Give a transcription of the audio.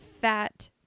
fat